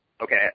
Okay